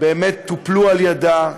שבאמת טופלו על-ידה,